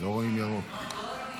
לוועדת החוקה, חוק ומשפט נתקבלה.